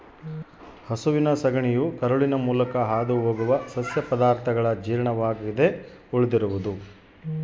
ಹಸುವಿನ ಸಗಣಿಯು ಕರುಳಿನ ಮೂಲಕ ಹಾದುಹೋಗುವ ಸಸ್ಯ ಪದಾರ್ಥಗಳ ಜೀರ್ಣವಾಗದೆ ಉಳಿದಿರುವುದು